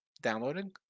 downloading